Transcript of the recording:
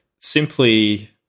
simply